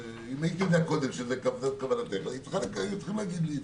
אם הייתי יודע קודם שזו כוונתך היית צריכה להגיד לי,